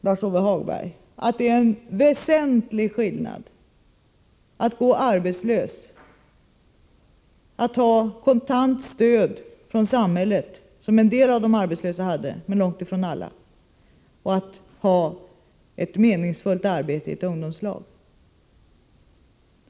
Lars-Ove Hagberg, det är faktiskt en väsentlig skillnad att gå arbetslös, att ha kontant stöd från samhället — som en del av de arbetslösa hade men långt ifrån alla — och att ha ett meningsfullt arbete i ett ungdomslag.